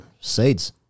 Seeds